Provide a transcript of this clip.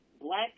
Black